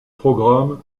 programmes